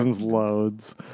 loads